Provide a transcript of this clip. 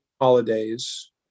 holidays